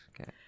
Okay